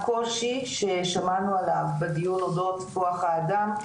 הקושי ששמענו עליו בדיון אודות כוח האדם,